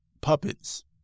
puppets